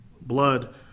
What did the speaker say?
Blood